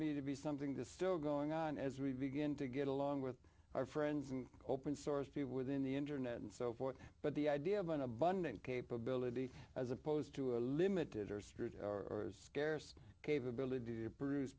me to be something to still going on as we begin to get along with our friends and open source people within the internet and so forth but the idea of an abundant capability as opposed to a limited or scarce capability to